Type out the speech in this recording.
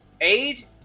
Aid